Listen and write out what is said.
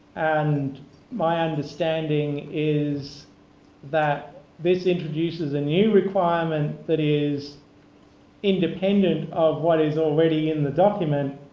and my understanding is that this introduces a new requirement that is independent of what is already in the document,